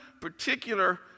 particular